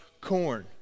corn